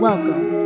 Welcome